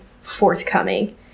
forthcoming